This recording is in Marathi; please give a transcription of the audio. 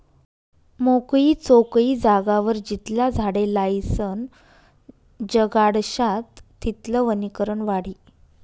मोकयी चोकयी जागावर जितला झाडे लायीसन जगाडश्यात तितलं वनीकरण वाढी